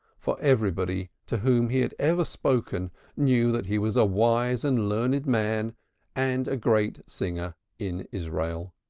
for everybody to whom he had ever spoken knew that he was a wise and learned man and a great singer in israel.